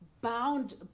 bound